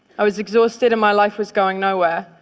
i was exhausted and my life was going nowhere.